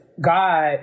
God